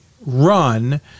run